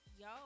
Yo